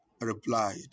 replied